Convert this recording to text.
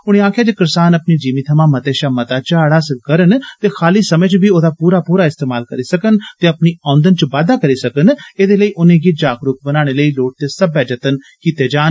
उनें आक्खेआ जे करसान अपनी जिमी थमा मते शा मता झाड़ हासल करन ते खाली समें च बी ओदा पूरा पूरा इस्तेमाल करियै अपनी औंदन च बाद्दा करी सकन एदे लेई उनेंगी जागरुक बनाने लेई लोड़चदे सब्बै जतन कीते जान